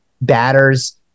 batters